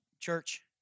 Church